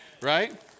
right